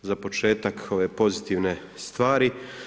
Za početak ove pozitivne stvari.